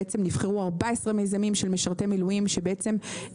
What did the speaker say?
נבחרו 14 מיזמים של משרתי מילואים שמתעסקים